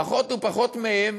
פחות ופחות מהם,